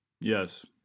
Yes